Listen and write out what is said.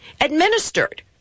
administered